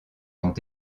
ont